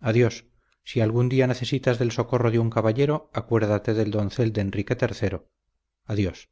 adiós si algún día necesitas del socorro de un caballero acuérdate del doncel de enrique iii adiós